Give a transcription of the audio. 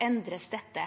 gjøre dette